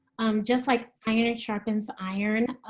just like iron you know sharpens iron,